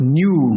new